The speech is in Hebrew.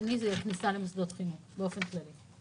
ושני זה כניסה למוסדות חינוך, באופן כללי.